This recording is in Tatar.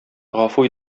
гафу